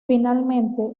finalmente